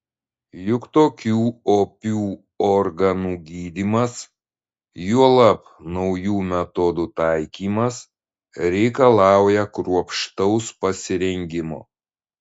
juk tokių opių organų gydymas juolab naujų metodų taikymas reikalauja kruopštaus pasirengimo